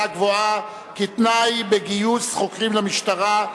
גבוהה כתנאי בגיוס חוקרים למשטרה),